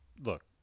look